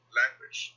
language